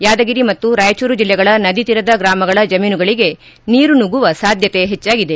ಯಾದಗಿರಿ ಮತ್ತು ರಾಯಚೂರು ಜಿಲ್ಲೆಗಳ ನದಿ ತೀರದ ಗ್ರಾಮಗಳ ಜಮೀನುಗಳಿಗೆ ನೀರು ನುಗ್ಗುವ ಸಾಧ್ಯತೆ ಹೆಚ್ಚಾಗಿದೆ